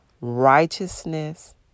righteousness